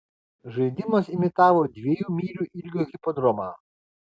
žaidimas imitavo dviejų mylių ilgio hipodromą